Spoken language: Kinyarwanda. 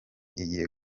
igiye